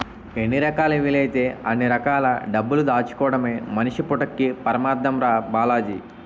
ఎన్ని రకాలా వీలైతే అన్ని రకాల డబ్బులు దాచుకోడమే మనిషి పుట్టక్కి పరమాద్దం రా బాలాజీ